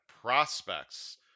prospects